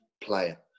player